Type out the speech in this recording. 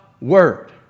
word